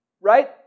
right